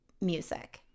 music